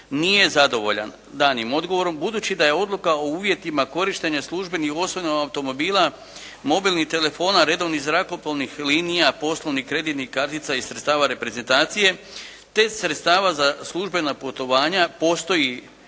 nije zadovoljan danim odgovorom budući da je Odluka o uvjetima korištenja službenih osobnih automobila, mobilnih telefona, redovnih zrakoplovnih linija, poslovnih kreditnih kartica i sredstava reprezentacije te sredstava za službena putovanja postoji